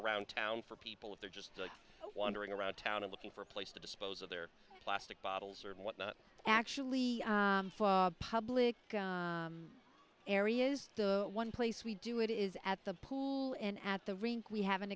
around town for people if they're just wandering around town and looking for a place to dispose of their plastic bottles or what not actually public areas the one place we do it is at the pool and at the rink we haven't